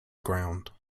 ground